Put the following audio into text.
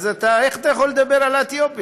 אז איך אתה יכול לדבר על אתיופיה?